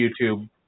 YouTube